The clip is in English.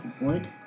Wood